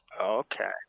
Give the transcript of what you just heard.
okay